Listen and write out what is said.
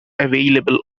available